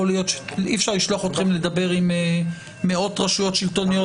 אי-אפשר לשלוח אתכם לדבר עם מאות רשויות שלטוניות,